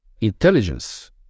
intelligence